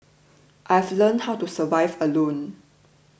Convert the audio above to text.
I've learnt how to survive alone